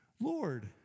Lord